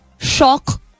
shock